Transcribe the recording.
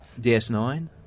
DS9